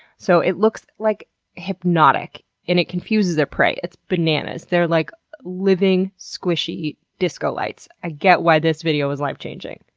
so it looks like hypnotic and it confuses their prey. it's bananas! they're like living, squishy disco lights. i get why this video was life changing.